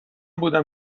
بودم